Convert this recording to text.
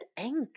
Ink